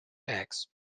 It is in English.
eggs